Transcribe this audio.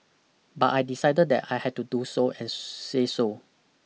but I decided that I had to do so and say so